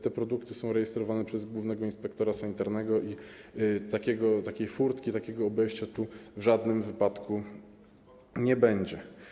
Te produkty są rejestrowane przez głównego inspektora sanitarnego i takiej furtki, takiego obejścia w żadnym wypadku nie będzie.